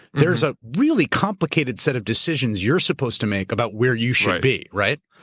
there's a really complicated set of decisions you're supposed to make about where you should be. right.